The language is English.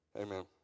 Amen